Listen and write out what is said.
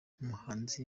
umuhanzi